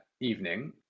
evening